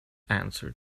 answered